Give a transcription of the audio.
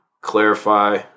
clarify